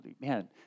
man